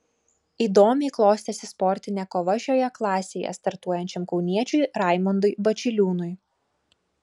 įdomiai klostėsi sportinė kova šioje klasėje startuojančiam kauniečiui raimondui bačiliūnui